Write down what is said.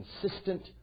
consistent